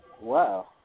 Wow